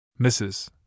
Mrs